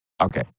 Okay